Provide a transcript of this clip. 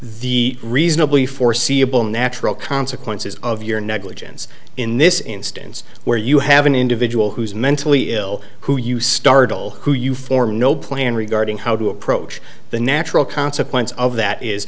the reasonably foreseeable natural consequences of your negligence in this instance where you have an individual who's mentally ill who you stardoll who you form no plan regarding how to approach the natural consequence of that is